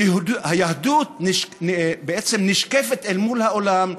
היהדות בעצם נשקפת אל מול העולם,